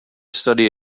study